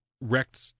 wrecked